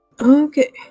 Okay